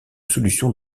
solution